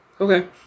Okay